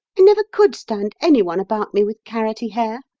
i never could stand any one about me with carroty hair,